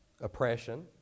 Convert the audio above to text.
oppression